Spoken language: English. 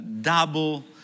double